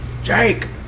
Jake